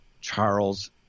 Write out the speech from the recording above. Charles